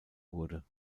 wurde